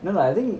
no lah I think